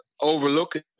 overlooking